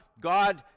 God